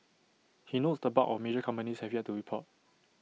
he notes the bulk of major companies have yet to report